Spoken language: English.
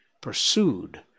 pursued